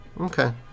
okay